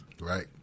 Right